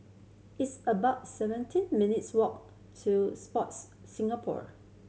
it's about seventeen minutes' walk to Sports Singapore